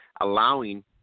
allowing